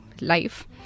life